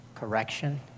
correction